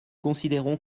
considérons